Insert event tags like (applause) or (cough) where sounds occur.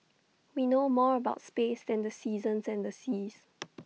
we know more about space than the seasons and the seas (noise)